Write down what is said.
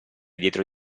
dietro